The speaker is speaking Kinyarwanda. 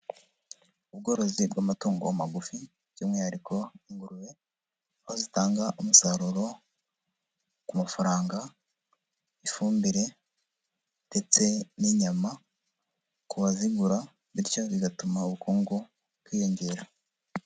Ubworozi bw'amatungo magufi, by'umwihariko ingurube, aho zitanga umusaruro, ku mafaranga, ifumbire, ndetse n'inyama ku bazigura, bityo bigatuma ubukungu bwiyongera.